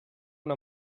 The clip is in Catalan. una